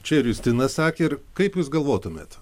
čia ir justina sakė ir kaip jūs galvotumėt